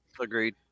Agreed